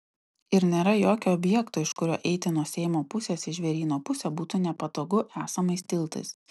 ir nėra jokio objekto iš kurio eiti nuo seimo pusės į žvėryno pusę būtų nepatogu esamais tiltais